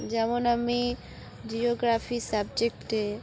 যেমন আমি জিওগ্রাফি সাবজেক্টে